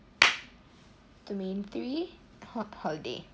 domain three part holiday